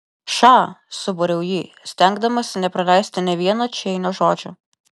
ša subariau jį stengdamasi nepraleisti nė vieno čeinio žodžio